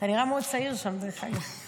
אתה נראה מאוד צעיר שם, דרך אגב.